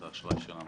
אשראי?